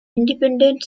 independent